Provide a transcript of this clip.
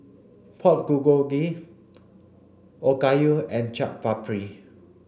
Pork Bulgogi Okayu and Chaat Papri